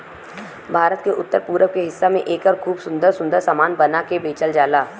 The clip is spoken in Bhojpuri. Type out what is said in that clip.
भारत के उत्तर पूरब के हिस्सा में एकर खूब सुंदर सुंदर सामान बना के बेचल जाला